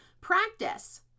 practice